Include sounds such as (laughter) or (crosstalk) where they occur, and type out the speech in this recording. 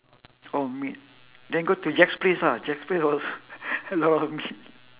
oh meat then go to jack's place ah jack's place als~ (laughs) a lot of meat